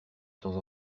temps